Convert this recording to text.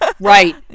right